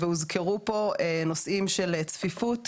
והוזכרו פה נושאים של צפיפות,